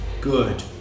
good